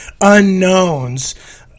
unknowns